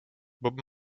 bob